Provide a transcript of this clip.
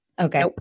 Okay